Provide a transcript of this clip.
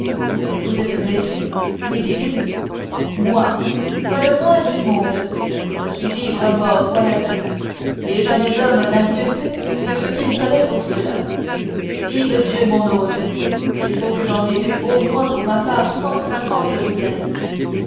vous êtes blessé lui dit-il moi pas le moins du monde je suis ivre mort voilà tout et jamais homme n'a mieux fait ce qu'il fallait pour cela vive dieu mon hôte il faut que j'en aie bu au moins pour ma part cent cinquante bouteilles